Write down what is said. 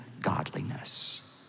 godliness